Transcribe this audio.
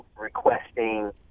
requesting